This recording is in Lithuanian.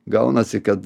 gaunasi kad